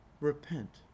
repent